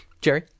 Jerry